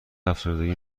افسردگی